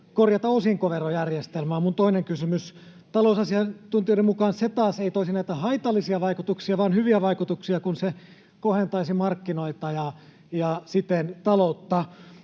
korjata osinkoverojärjestelmää, on minun toinen kysymykseni. Talousasiantuntijoiden mukaan se taas ei toisi näitä haitallisia vaikutuksia vaan hyviä vaikutuksia, kun se kohentaisi markkinoita ja siten taloutta.